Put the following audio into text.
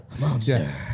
monster